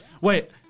wait